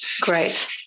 Great